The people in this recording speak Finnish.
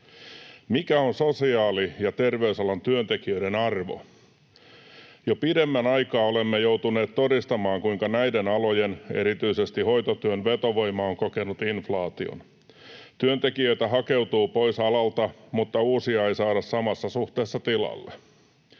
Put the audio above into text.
”Mikä on sosiaali‑ ja terveysalan työntekijöiden arvo? Jo pidemmän aikaa olemme joutuneet todistamaan, kuinka näiden alojen, erityisesti hoitotyön, vetovoima on kokenut inflaation. Työntekijöitä hakeutuu pois alalta, mutta uusia ei saada samassa suhteessa tilalle.